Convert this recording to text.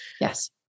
Yes